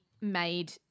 made